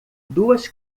duas